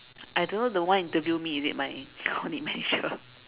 I don't know the one interview me is it my audit manager